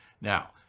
Now